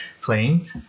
playing